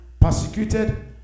persecuted